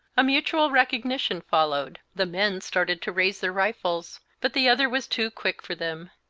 a mutual recognition followed the men started to raise their rifles, but the other was too quick for them.